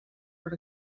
per